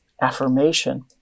affirmation